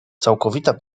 całkowita